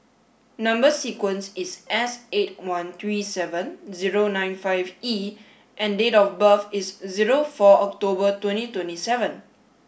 number sequence is S eight one three seven zero nine five E and date of birth is zero four October twenty twenty seven